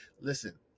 listen